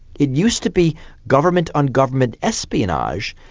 it used to be government-on-government espionage,